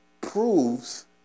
proves